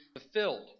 fulfilled